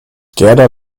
gerda